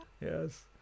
Yes